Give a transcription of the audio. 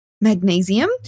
magnesium